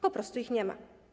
Po prostu ich nie ma.